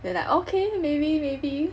then like okay maybe maybe